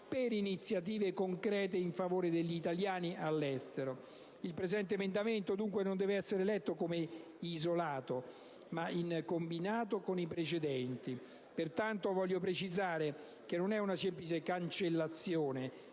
per iniziative concrete in favore degli italiani all'estero. Il presente emendamento, dunque, non deve essere letto come isolato, ma in combinato con i precedenti. Pertanto, voglio precisare, che non è «una semplice cancellazione»